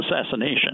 assassination